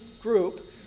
group